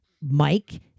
mike